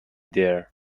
dear